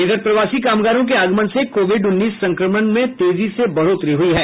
इधर प्रवासी कामगारों के आगमन से कोविड उन्नीस संक्रमण में तेजी से बढ़ोतरी हुई है